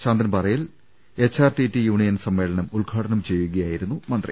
ശാന്തൻപാറയിൽ H R T T union സമ്മേളനം ഉദ്ഘാടനം ചെയ്യുകയായിരുന്നു മന്ത്രി